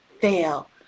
fail